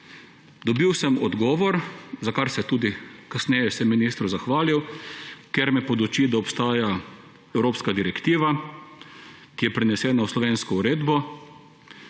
Dobil sem odgovor, za kar sem se tudi kasneje ministru zahvalil, kjer me poduči, da obstaja evropska direktive, ki je prenesena v slovensko uredbo,